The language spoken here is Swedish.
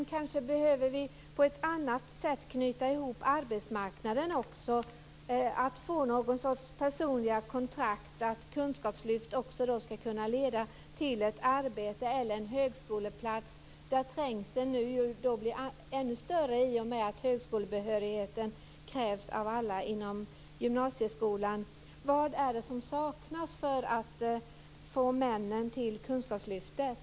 Vi kanske behöver knyta ihop arbetsmarknaden också på ett annat sätt, kanske få fram någon sorts personliga kontrakt, så att kunskapslyftet skall kunna leda till ett arbete eller en högskoleplats. Trängseln där blir ännu större i och med att högskolebehörigheten krävs av alla inom gymnasieskolan. Vad är det som behövs för att få männen till kunskapslyftet?